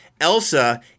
Elsa